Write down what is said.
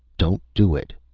don't do it!